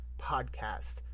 Podcast